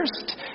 first